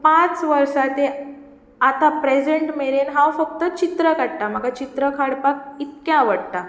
पांच वर्सा तें आतां प्रेजेन्ट मेरेन हांव फक्त चित्रां काडटा म्हाका चित्रां काडपाक इतकें आवडटा